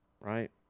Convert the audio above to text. right